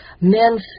Men